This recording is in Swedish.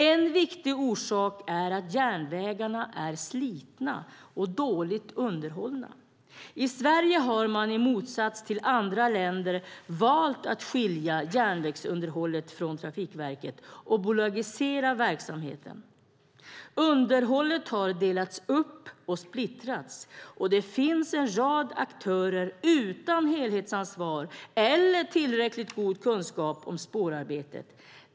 En viktig orsak är att järnvägarna är slitna och dåligt underhållna. I Sverige har man i motsats till andra länder valt att skilja järnvägsunderhållet från Trafikverket och bolagisera verksamheten. Underhållet har delats upp och splittrats, och det finns en rad aktörer utan helhetsansvar eller tillräckligt god kunskap om spårarbetet.